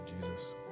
Jesus